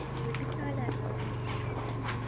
दीदी केह् हाल ऐ